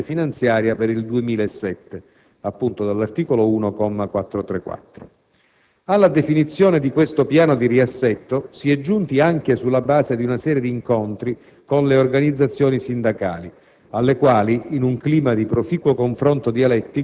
Verranno così conseguite le economie richieste dalla legge finanziaria per il 2007 (appunto all'articolo 1, comma 434). Alla definizione del predetto piano di riassetto si è giunti anche sulla base di una serie di incontri con le organizzazioni sindacali,